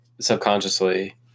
subconsciously